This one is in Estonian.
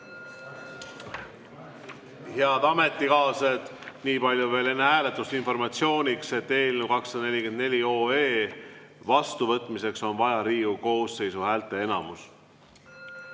Head ametikaaslased! Niipalju veel enne hääletust informatsiooniks, et eelnõu 244 vastuvõtmiseks on vaja Riigikogu koosseisu häälteenamust.